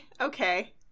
okay